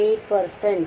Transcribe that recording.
8 percent